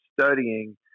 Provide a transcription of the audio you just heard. studying